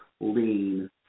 lean